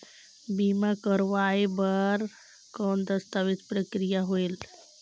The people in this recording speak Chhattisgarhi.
बीमा करवाय बार कौन दस्तावेज प्रक्रिया होएल?